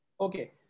Okay